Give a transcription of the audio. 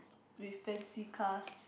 with fancy cars